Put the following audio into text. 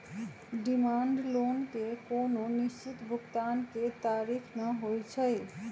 demand loan के कोनो निश्चित भुगतान के तारिख न होइ छइ